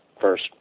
First